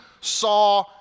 saw